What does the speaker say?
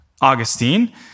Augustine